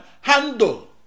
handle